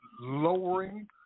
lowering